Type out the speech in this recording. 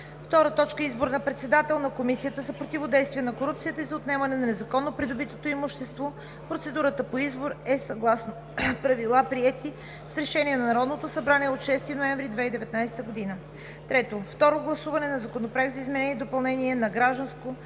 2019 г. 2. Избор на председател на Комисията за противодействие на корупцията и за отнемане на незаконно придобитото имущество. Процедурата по избор е съгласно правила, приети с Решение на Народното събрание от 6 ноември 2019 г. 3. Второ гласуване на Законопроекта за изменение и допълнение на Гражданския